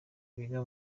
biga